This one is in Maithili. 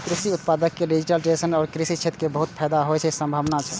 कृषि उत्पाद के डिजिटाइजेशन सं कृषि क्षेत्र कें बहुत फायदा होइ के संभावना छै